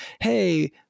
hey